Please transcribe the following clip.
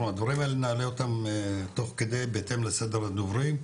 נעלה אותם תוך כדי בהתאם לסדר הדוברים.